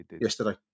yesterday